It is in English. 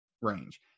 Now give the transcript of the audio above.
range